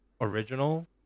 original